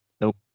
nope